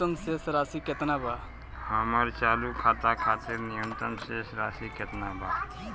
हमर चालू खाता खातिर न्यूनतम शेष राशि केतना बा?